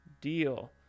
Deal